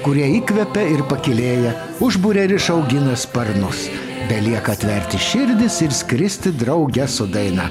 kurie įkvepia ir pakylėja užburia ir išaugina sparnus belieka atverti širdis ir skristi drauge su daina